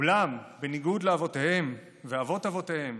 אולם בניגוד לאבותיהם ואבות אבותיהם,